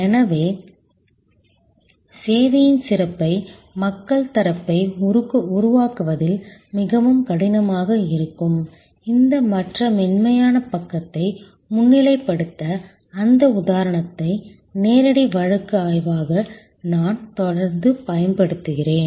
எனவே சேவையின் சிறப்பை மக்கள் தரப்பை உருவாக்குவதில் மிகவும் கடினமாக இருக்கும் இந்த மற்ற மென்மையான பக்கத்தை முன்னிலைப்படுத்த அந்த உதாரணத்தை நேரடி வழக்கு ஆய்வாக நான் தொடர்ந்து பயன்படுத்துகிறேன்